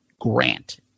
Grant